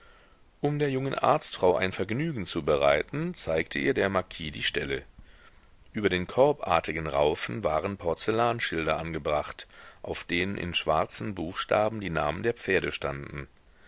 um der jungen arztfrau ein vergnügen zu bereiten zeigte ihr der marquis die ställe über den korbartigen raufen waren porzellanschilder angebracht auf denen in schwarzen buchstaben die namen der pferde standen